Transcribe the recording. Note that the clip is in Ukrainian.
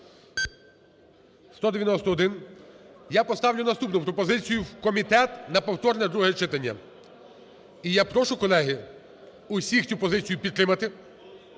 За-191 Я поставлю наступну пропозицію: в комітет на повторне друге читання. І я прошу, колеги, усіх цю позицію підтримати.